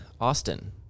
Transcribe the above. Austin